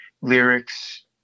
lyrics